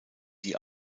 die